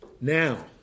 Now